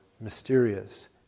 mysterious